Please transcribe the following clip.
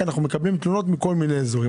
כי אנחנו מקבלים תלונות מכל מיני אזורים.